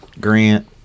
Grant